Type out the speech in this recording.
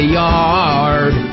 yard